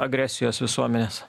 agresijos visuomenės